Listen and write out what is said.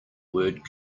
word